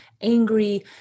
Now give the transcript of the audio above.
angry